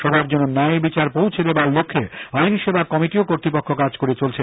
সবার জন্য ন্যয় বিচার পৌছে দেবার লক্ষে আইনসেবা কমিটি ও কর্তৃপক্ষ কাজ করে চলেছে